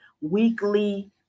weekly